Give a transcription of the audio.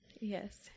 Yes